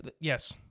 Yes